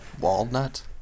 walnut